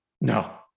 No